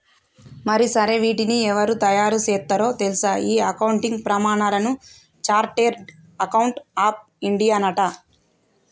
మరి సరే వీటిని ఎవరు తయారు సేత్తారో తెల్సా ఈ అకౌంటింగ్ ప్రమానాలను చార్టెడ్ అకౌంట్స్ ఆఫ్ ఇండియానట